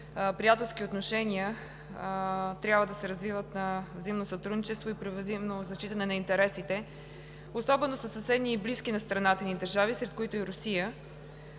приятелски отношения трябва да се базират на взаимно сътрудничество и при взаимно зачитане на интересите особено със съседни и близки на страната ни държави, сред които е и Русия.